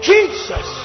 Jesus